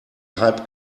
hype